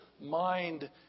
mind